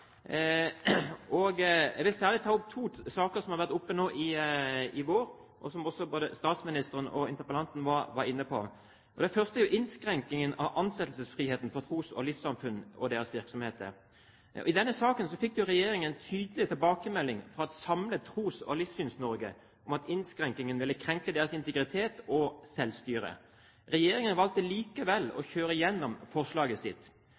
Jeg vil særlig ta opp to saker som har vært oppe nå i vår, og som både statsministeren og interpellanten var inne på. Det første er innskrenkningen av ansettelsesfrihet for tros- og livssynssamfunn og deres virksomheter. I denne saken fikk jo regjeringen en tydelig tilbakemelding fra et samlet Tros- og livssyns-Norge om at innskrenkningen ville krenke deres integritet og selvstyre. Regjeringen valgte likevel å kjøre igjennom forslaget sitt.